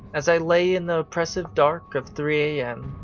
as i lay in the oppressive dark of three a m.